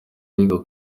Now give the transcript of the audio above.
ariko